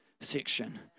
section